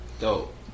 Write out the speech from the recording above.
Dope